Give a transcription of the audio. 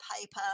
paper